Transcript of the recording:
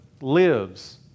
lives